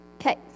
Okay